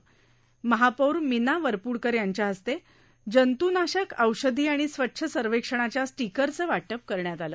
यावेळी महापौर मिना वरपूडकर यांच्याहस्ते जंतूनाशक औषधी आणि स्वच्छ सर्वेक्षणाच्य स्टीकरचे वाटप करण्यात आले